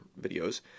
videos